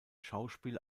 schauspiel